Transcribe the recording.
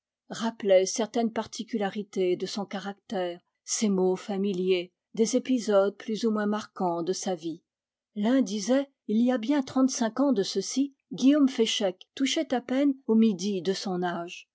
rappelaient certaines particularités de son caractère ses mots familiers des épisodes plus ou moins marquants de sa vie l'un disait il y a bien trente-cinq ans de ceci guillaume féchec touchait à peine au midi de son âge